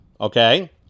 okay